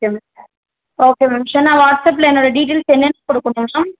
okay ma'am okay ma'am sure நான் வாட்ஸ்அப்பில் என்னோடய டீடெயில்ஸ் என்னென்னு கொடுக்கணும் மேம்